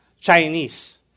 Chinese